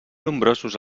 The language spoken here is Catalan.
nombrosos